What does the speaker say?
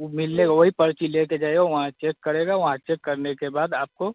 वह मिलेगा वही पर्ची लेकर जाइए वहाँ चेक करेगा वहाँ चेक करने के बाद आपको